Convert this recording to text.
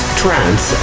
trance